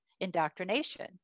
indoctrination